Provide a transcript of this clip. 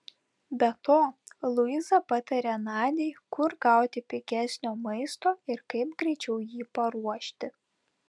be to luiza patarė nadiai kur gauti pigesnio maisto ir kaip greičiau jį paruošti